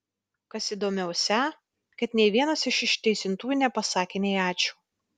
kas įdomiausią kad nei vienas iš išteisintųjų nepasakė nei ačiū